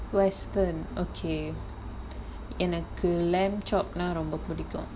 western okay எனக்கு:enakku lamb chop ரொம்ப புடிக்கும்:romba pudikkum